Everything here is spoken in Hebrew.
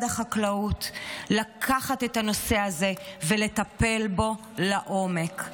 החקלאות מלקחת את הנושא הזה ולטפל בו לעומק.